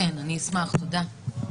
כן, אני אשמח, תודה.